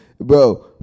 Bro